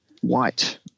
white